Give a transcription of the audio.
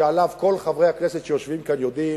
שעליו כל חברי הכנסת שיושבים כאן יודעים,